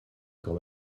quand